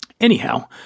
anyhow